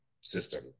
system